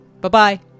Bye-bye